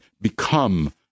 become